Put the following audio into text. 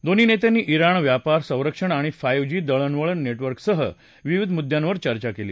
दोन्ही नेत्यांनी इराण व्यापार संरक्षण आणि फाईव जी दळणवळण ने ब्रॅकसह विविध मुद्यांवर चर्चा केली